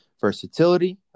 versatility